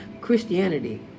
Christianity